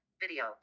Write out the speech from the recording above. video